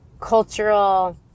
cultural